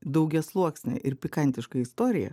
daugiasluoksnė ir pikantiška istorija